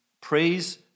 Praise